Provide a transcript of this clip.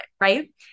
right